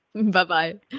Bye-bye